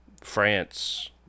France